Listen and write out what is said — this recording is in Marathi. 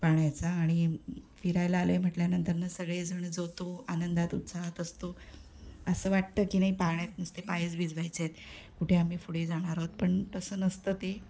पाण्याचा आणि फिरायला आलो आहे म्हटल्यानंतर न सगळेजण जो तो आनंदात उत्साहात असतो असं वाटतं की नाही पाण्यात नुसते पायच भिजवायचे आहेत कुठे आम्ही पुढे जाणार आहोत पण तसं नसतं ते